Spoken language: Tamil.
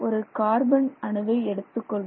ஒரு கார்பன் அணுவை எடுத்துக் கொள்வோம்